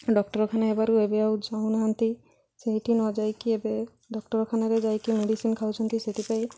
ଡାକ୍ତରଖାନା ହେବାରୁ ଏବେ ଆଉ ଯାଉନାହାନ୍ତି ସେଇଠି ନ ଯାଇକି ଏବେ ଡାକ୍ତରଖାନାରେ ଯାଇକି ମେଡ଼ିସିନ୍ ଖାଉଛନ୍ତି ସେଥିପାଇଁ